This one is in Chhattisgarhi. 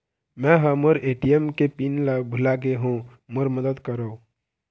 मै ह मोर ए.टी.एम के पिन ला भुला गे हों मोर मदद करौ